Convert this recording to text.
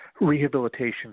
rehabilitation